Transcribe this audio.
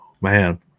Man